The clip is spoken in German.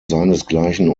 seinesgleichen